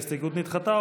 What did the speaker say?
ההסתייגות נדחתה.